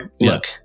look